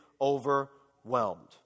overwhelmed